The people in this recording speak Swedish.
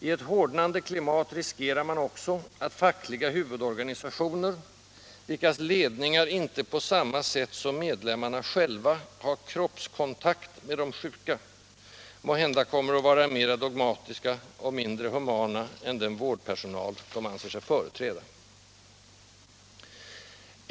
I ett hårdnande klimat riskerar man också att fackliga huvudorganisationer, vilkas ledningar inte på samma sätt som medlemmarna själva har ”kroppskontakt” med de sjuka, måhända kommer att vara mer dogmatiska och mindre humana än den vårdpersonal de anser sig företräda.